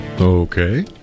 Okay